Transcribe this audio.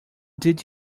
did